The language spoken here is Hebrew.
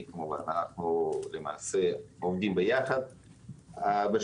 שאנחנו עובדים ביחד בכל הקשור לדיור בהישג יד.